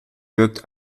wirkt